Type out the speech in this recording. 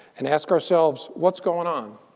and ask ourselves, what's going on?